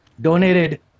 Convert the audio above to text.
donated